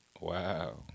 Wow